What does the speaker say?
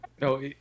No